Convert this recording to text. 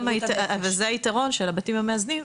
אבל זה היתרון של הבתים המאזנים,